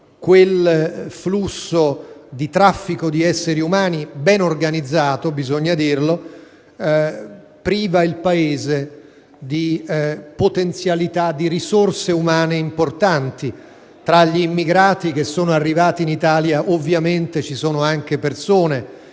quel flusso di traffico di esseri umani, ben organizzato - bisogna dirlo - priva il Paese di potenzialità, di risorse umane importanti. Tra gli immigrati arrivati in Italia ovviamente ci sono anche persone,